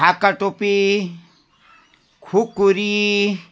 ढाका टोपी खुकुरी